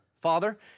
Father